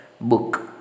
book